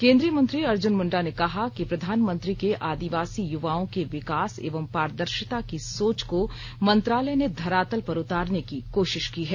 केंद्रीय मंत्री अर्जुन मुंडा ने कहा कि प्रधानमंत्री के आदिवासी युवाओं के विकास एवं पारदर्शिता की सोच को मंत्रालय ने धरातल पर उतारने की कोशिश की है